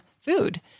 food